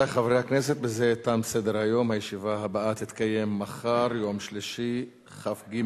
הצעת החוק התקבלה בקריאה ראשונה ברוב של שמונה